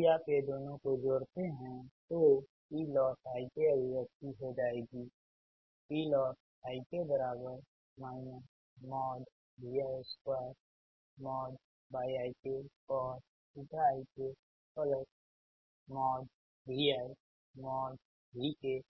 यदि आप ये दोनों को जोड़ते है तो Plossi kअभिव्यक्ति हो जाएगी Plossi k Vi2Vk2Yikcosik2ViVkYikcosikcosi k Plossi k Vi2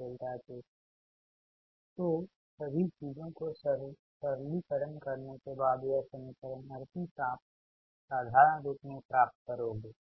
Vk22ViVkcosi kYikcosik तो सभी चीजों को सरलीकरण करने के बाद यह समीकरण 38 आप साधारण रूप में प्राप्त करोगे